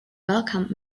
welcomed